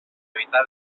evitar